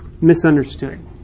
misunderstood